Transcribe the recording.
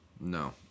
no